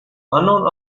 unknown